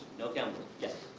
no chemicals. yes?